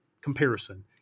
comparison